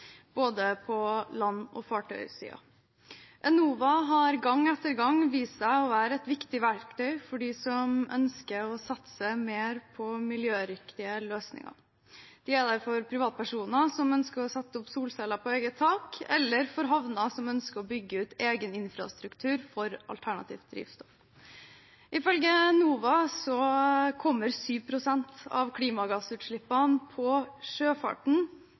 både land- og fartøysiden. Enova har gang etter gang vist seg å være et viktig verktøy for dem som ønsker å satse mer på miljøriktige løsninger. De er der for privatpersoner som ønsker å sette opp solceller på eget tak, eller for havner som ønsker å bygge ut egen infrastruktur for alternativt drivstoff. Ifølge Enova kommer 7 pst. av klimagassutslippene fra sjøfarten